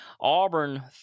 Auburn